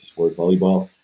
so or volleyball,